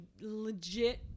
legit